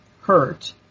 hurt